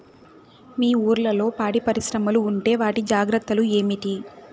మీ ఊర్లలో పాడి పరిశ్రమలు ఉంటే వాటి జాగ్రత్తలు ఏమిటి